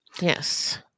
yes